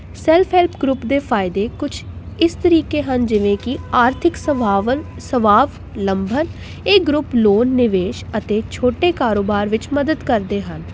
self help group ਦੇ ਫਾਇਦੇ ਕੁਛ ਇਸ ਤਰੀਕੇ ਹਨ ਜਿਵੇਂ ਕਿ ਆਰਥਿਕ ਸੁਭਾਵਲ ਸਵਾਬ ਲੰਬਨ ਇਹ ਗਰੁੱਪ ਲੋਨ ਨਿਵੇਸ਼ ਅਤੇ ਛੋਟੇ ਕਾਰੋਬਾਰ ਵਿੱਚ ਮਦਦ ਕਰਦੇ ਹਨ